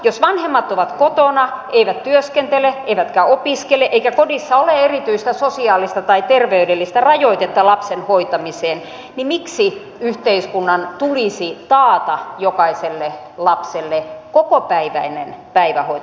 jos vanhemmat ovat kotona eivät työskentele eivätkä opiskele eikä kodissa ole erityistä sosiaalista tai terveydellistä rajoitetta lapsen hoitamiseen niin miksi yhteiskunnan tulisi taata jokaiselle lapselle kokopäiväinen päivähoito